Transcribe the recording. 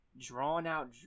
drawn-out